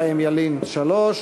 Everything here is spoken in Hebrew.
חיים ילין עם שלוש,